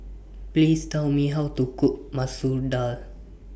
Please Tell Me How to Cook Masoor Dal